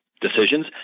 decisions